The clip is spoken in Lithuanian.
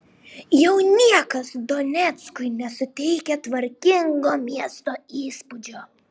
jau niekas doneckui nesuteikia tvarkingo miesto įspūdžio